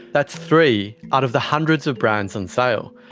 that's three out of the hundreds of brands on sale.